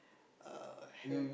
uh health